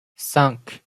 cinq